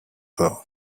well